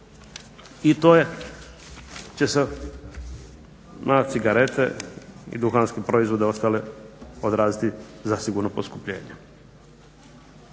i to će se na cigarete i duhanske proizvode ostale odraziti zasigurno poskupljenjem.